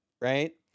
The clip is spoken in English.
right